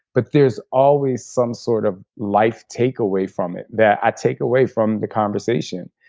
but there's always some sort of life takeaway from it, that i take away from the conversation.